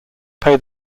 pay